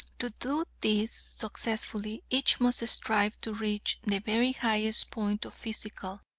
to do this successfully, each must strive to reach the very highest point of physical,